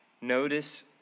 Notice